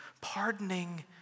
Pardoning